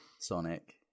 sonic